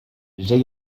j’ai